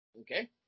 Okay